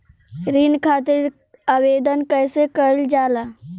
ऋण खातिर आवेदन कैसे कयील जाला?